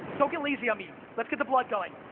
don't get lazy on me, let's get the blood going,